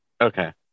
okay